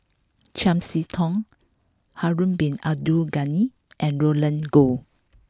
Chiam See Tong Harun bin Abdul Ghani and Roland Goh